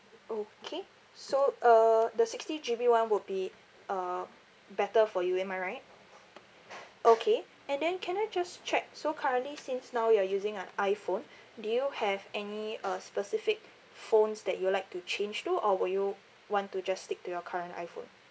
okay so uh the sixty G_B one would be uh better for you am I right okay and then can I just check so currently since now you are using an iphone do you have any uh specific phones that you would like to change to or would you want to just stick to your current iphone